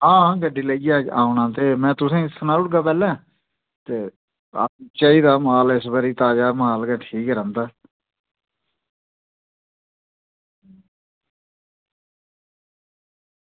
हां गड्डी लेइयै औना ते में तुसेंगी सनाई ओड़गा पैह्लें ते बाकी चाहिदा माल इस बारी ताज़ा माल गै ठीक रौंह्दा